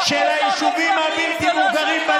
אסור להקים יישובים שם.